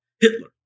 Hitler